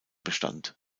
bestand